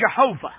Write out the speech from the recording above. Jehovah